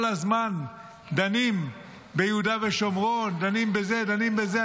כל הזמן דנים ביהודה ושומרון, דנים בזה, דנים בזה.